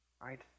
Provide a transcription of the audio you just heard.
right